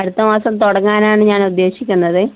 അടുത്ത മാസം തുടങ്ങാനാണ് ഞാനുദ്ദേശിക്കുന്നത്